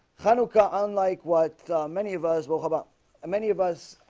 hanukkah unlike what many of us bow haba and many of us